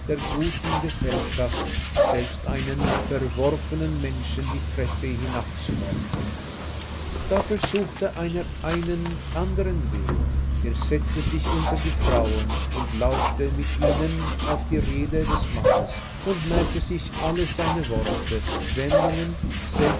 der guten gesellschaft selbst einen verworfenen menschen die treppe hinabzuwerfen da versuchte einer einen andern weg er setzte sich unter die frauen und lauschte mit ihnen auf die rede des mannes und merkte sich alle seine worte wendungen